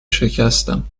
شکستم